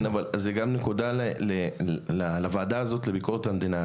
אבל יש כאן נקודה לוועדה לביקורת המדינה.